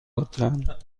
لطفا